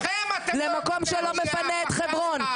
למקום שלא מפנה את חברון,